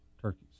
turkeys